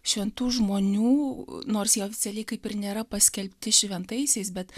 šventų žmonių nors jie oficialiai kaip ir nėra paskelbti šventaisiais bet